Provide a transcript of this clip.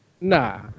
Nah